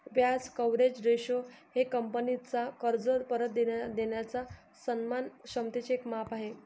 व्याज coverage ratio हे कंपनीचा कर्ज परत देणाऱ्या सन्मान क्षमतेचे एक माप आहे